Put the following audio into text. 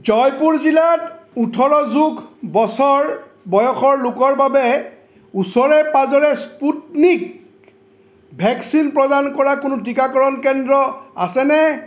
জয়পুৰ জিলাত ওঠৰ যোগ বছৰ বয়সৰ লোকৰ বাবে ওচৰে পাঁজৰে স্পুটনিক ভেকচিন প্ৰদান কৰা কোনো টীকাকৰণ কেন্দ্ৰ আছেনে